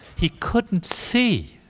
he couldn't see